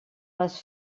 les